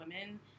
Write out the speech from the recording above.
women